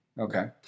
Okay